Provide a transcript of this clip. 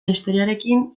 historiarekin